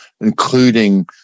including